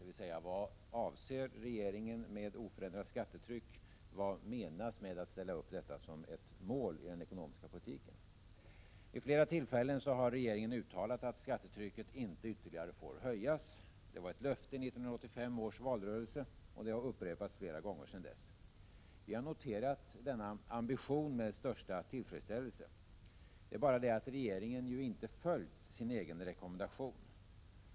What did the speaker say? Vad avser regeringen med oförändrat skattetryck? Vad menas med att ställa upp detta som ett mål i den ekonomiska politiken? Vid flera tillfällen har regeringen uttalat att skattetrycket inte ytterligare får höjas. Det var ett löfte i 1985 års valrörelse, och det har upprepats flera gånger sedan dess. Vi har noterat denna ambition med största tillfredsställelse. Men regeringen har ju inte följt sin egen rekommendation.